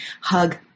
hug